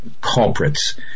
culprits